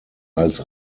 als